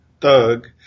thug